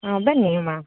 ಊಂ ಬನ್ನಿ ಅಮ್ಮ